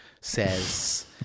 says